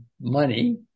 money